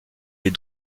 est